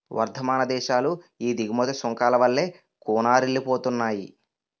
వర్థమాన దేశాలు ఈ దిగుమతి సుంకాల వల్లే కూనారిల్లిపోతున్నాయి